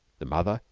the mother,